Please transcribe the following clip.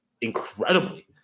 incredibly